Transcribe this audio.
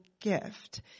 gift